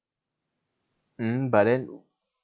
hmm but then